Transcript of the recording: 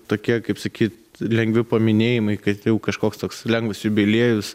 tokie kaip sakyt lengvi paminėjimai kad jau kažkoks toks lengvas jubiliejus